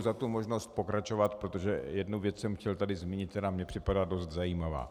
Děkuji za možnost pokračovat, protože jednu věc jsem chtěl tady zmínit, která mně připadá dost zajímavá.